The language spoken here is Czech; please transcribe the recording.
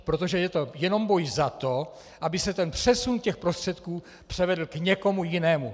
Protože je to jenom boj za to, aby se ten přesun těch prostředků převedl k někomu jinému.